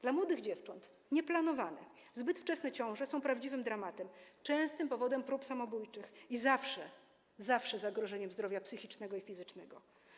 Dla młodych dziewcząt nieplanowane, zbyt wczesne ciąże są prawdziwym dramatem, częstym powodem prób samobójczych i zawsze zagrożeniem zdrowia psychicznego i fizycznego.